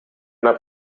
una